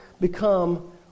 become